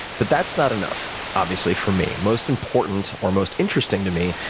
but that's not enough, obviously, for me. most important, or most interesting, to me,